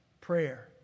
prayer